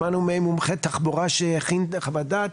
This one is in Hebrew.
שמענו ממומחה תחבורה שהכין חוות דעת.